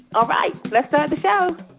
all right. let's start the show